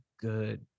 good